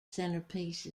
centerpiece